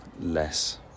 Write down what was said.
less